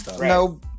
no